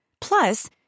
Plus